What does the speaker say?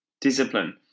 discipline